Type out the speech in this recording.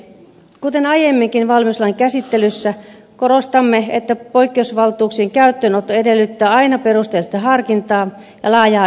kuten aiemminkin valmiuslain käsittelyssä korostamme että poikkeusvaltuuksien käyttöönotto edellyttää aina perusteellista harkintaa ja laajaa yhteisymmärrystä